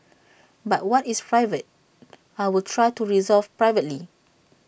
but what is private I will try to resolve privately